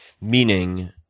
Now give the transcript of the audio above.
Meaning